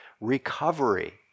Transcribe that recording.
recovery